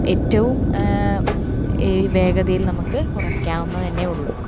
ഏറ്റവും വേഗതയിൽ നമുക്ക് കുറയ്ക്കാവുന്നത് തന്നേ ഉള്ളു